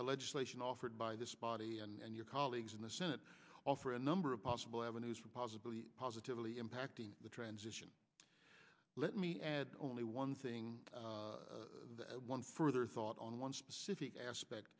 legislation offered by this body and your colleagues in the senate offer a number of possible avenues for possible positively impacting the transition let me add only one thing one further thought on one specific aspect